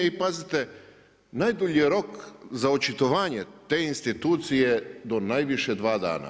I pazite najdulji rok za očitovanje te institucije je do najviše 2 dana.